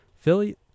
Philly